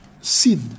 sin